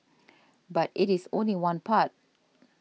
but it is only one part